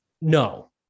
No